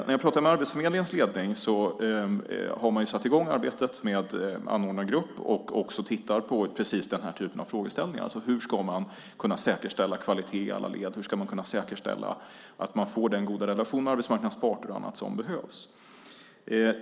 När jag pratar med Arbetsförmedlingens ledning har man satt i gång arbetet med anordnargrupp och tittar också på precis den här typen av frågeställningar: Hur ska man kunna säkerställa kvalitet i alla led? Hur ska man kunna säkerställa att man får den goda relation med arbetsmarknadens parter och annat som behövs?